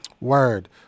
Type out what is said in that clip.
Word